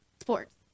sports